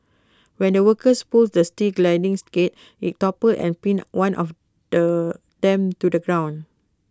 when the workers pulled the steel sliding gate IT toppled and pinned one of the them to the ground